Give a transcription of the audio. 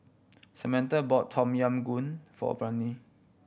Samantha bought Tom Yam Goong for Brady